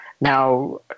Now